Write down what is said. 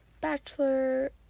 bachelor